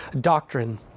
doctrine